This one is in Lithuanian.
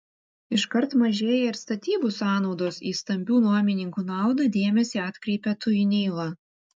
iškart mažėja ir statybų sąnaudos į stambių nuomininkų naudą dėmesį atkreipia tuinyla